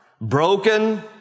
broken